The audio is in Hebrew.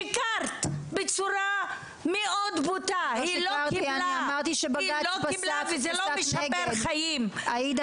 שיקרת בצורה מאוד בוטה! היא לא קיבלה וזה לא משפר חיים! אני לא שיקרתי,